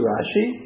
Rashi